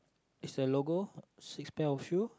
is a logo six pair of shoe